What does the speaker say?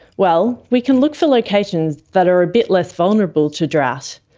well, we can look for locations that are a bit less vulnerable to drought.